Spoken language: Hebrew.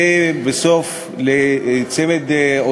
21 בעד, אין מתנגדים,